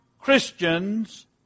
Christians